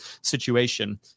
situation